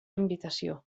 invitació